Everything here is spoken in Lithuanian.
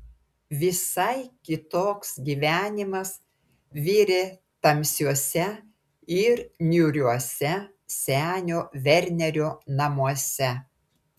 visai kitoks gyvenimas virė tamsiuose ir niūriuose senio vernerio namuose